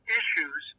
issues